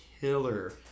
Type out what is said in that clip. killer